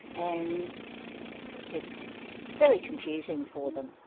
and it's very confusing for them.